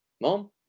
Mom